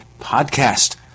PODCAST